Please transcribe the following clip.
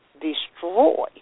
destroy